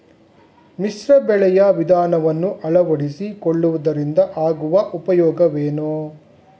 ಮಿಶ್ರ ಬೆಳೆಯ ವಿಧಾನವನ್ನು ಆಳವಡಿಸಿಕೊಳ್ಳುವುದರಿಂದ ಆಗುವ ಉಪಯೋಗವೇನು?